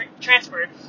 transferred